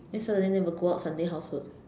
the Saturday then will go out Sunday housework